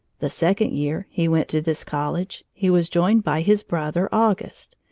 the second year he went to this college he was joined by his brother, auguste.